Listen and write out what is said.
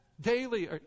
daily